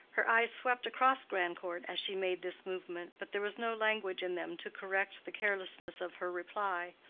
her eyes swept across grandcourt as she made this movement, but there was no language in them to correct the carelessness of her reply.